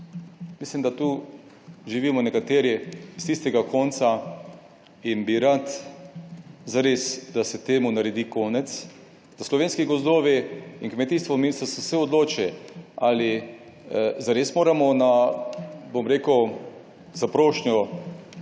Mislim, da tu živimo nekateri iz tistega konca in bi rad zares, da se temu naredi konec, da slovenski gozdovi in kmetijstvo, ministrstvo se odloči ali zares moramo na, bom rekel, za prošnjo